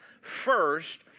first